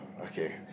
okay